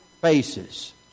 faces